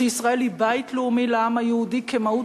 שישראל היא בית לאומי לעם היהודי כמהות